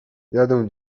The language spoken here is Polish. jadę